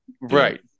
Right